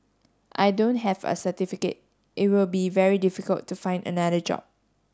I don't have a certificate it will be very difficult to find another job